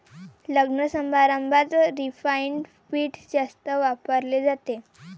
लग्नसमारंभात रिफाइंड पीठ जास्त वापरले जाते